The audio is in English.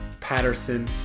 Patterson